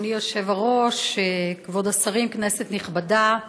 אדוני היושב בראש, כבוד השרים, כנסת נכבדה.